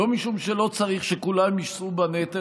לא משום שלא צריך שכולם יישאו בנטל,